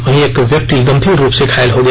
वहीं एक व्यक्ति गंभीर रूप से घायल हो गया